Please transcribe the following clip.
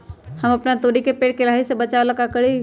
हम अपना तोरी के पेड़ के लाही से बचाव ला का करी?